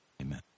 Amen